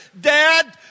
dad